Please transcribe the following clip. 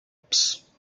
ups